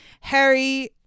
Harry